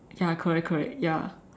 ya correct correct ya